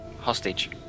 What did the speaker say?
hostage